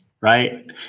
right